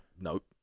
nope